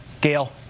Gail